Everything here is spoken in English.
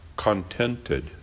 Contented